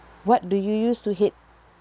what do you used to hate